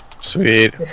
Sweet